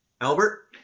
Albert